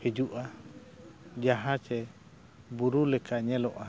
ᱦᱤᱡᱩᱜᱼᱟ ᱡᱟᱦᱟᱸᱥᱮ ᱵᱩᱨᱩ ᱞᱮᱠᱟ ᱧᱮᱞᱚᱜᱼᱟ